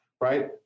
right